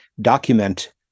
document